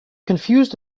confused